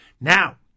Now